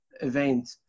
event